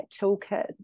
toolkit